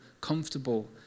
comfortable